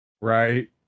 right